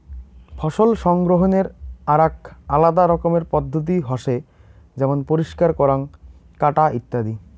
ফসল সংগ্রহনের আরাক আলাদা রকমের পদ্ধতি হসে যেমন পরিষ্কার করাঙ, কাটা ইত্যাদি